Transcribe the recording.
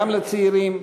גם לצעירים,